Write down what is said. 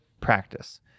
practice